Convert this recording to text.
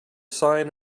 sign